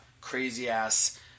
crazy-ass